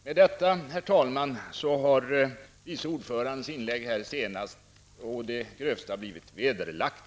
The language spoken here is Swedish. Med detta, herr talman, har vice ordförandens senaste inlägg å det grövsta blivit vederlagt.